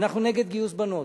אנחנו נגד גיוס בנות,